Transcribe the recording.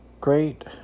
great